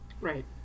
Right